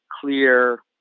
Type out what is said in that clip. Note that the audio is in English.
clear